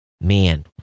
man